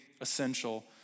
essential